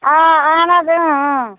آ اَہَن حظ اۭں اۭں